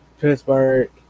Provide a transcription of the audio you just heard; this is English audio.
Pittsburgh